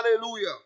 hallelujah